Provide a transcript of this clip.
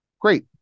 Great